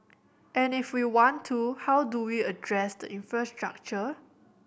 and if we want to how do we address the infrastructure